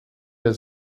der